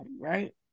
right